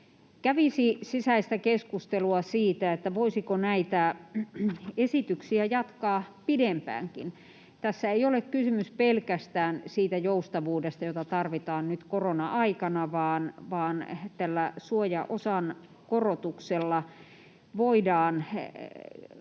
kävisi sisäistä keskustelua siitä, voisiko näitä esityksiä jatkaa pidempäänkin. Tässä ei ole kysymys pelkästään siitä joustavuudesta, jota tarvitaan nyt korona-aikana, vaan tällä suojaosan korotuksella voidaan